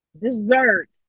dessert